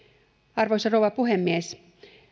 arvoisa rouva puhemies